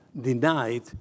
denied